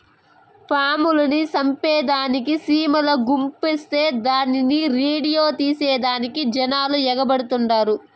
పాముల్ని సంపేదానికి సీమల గుంపొస్తే దాన్ని ఈడియో తీసేదానికి జనాలు ఎగబడతండారు